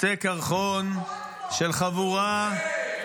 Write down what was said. -- קצה קרחון של חבורה -- היה פה רק טוב.